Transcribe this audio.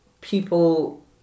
People